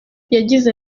yagize